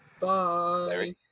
Bye